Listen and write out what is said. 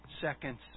seconds